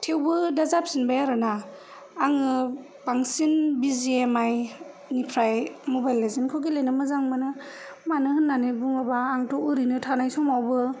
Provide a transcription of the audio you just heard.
थेवबो दा जाफिनबाय आरो ना आङो बांसिन बिजिएमाय निफ्राय मबाइल लेजेनखौ गेलेनो मोजां मोनो होननानै बुङोब्ला आंथ' ओरैनो थानाय समावबो